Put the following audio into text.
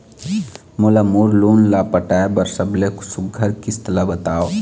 मोला मोर लोन ला पटाए बर सबले सुघ्घर किस्त ला बताव?